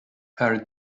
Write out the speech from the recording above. her